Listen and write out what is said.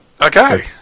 okay